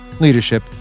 leadership